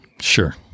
Sure